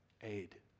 aid